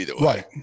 Right